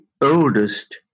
oldest